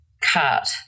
cut